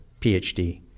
PhD